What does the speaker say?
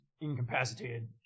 incapacitated